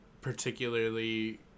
particularly